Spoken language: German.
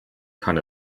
kann